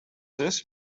this